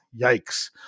yikes